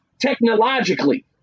technologically